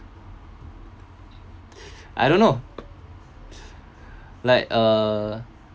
I don't know like uh